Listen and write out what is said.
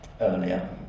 earlier